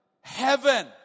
heaven